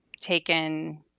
taken